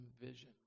vision